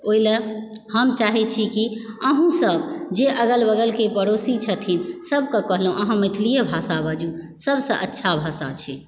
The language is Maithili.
ओहिलऽ हम चाहय छी कि अहुँसभ जे अगल बगलके पड़ोसी छथिन सभके कहलहुँ अहाँ मैथिलीए भाषा बाजु सभसँ अच्छा भाषा छी